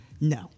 No